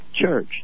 church